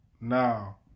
now